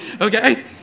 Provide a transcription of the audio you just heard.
Okay